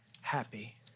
happy